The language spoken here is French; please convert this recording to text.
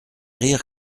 rire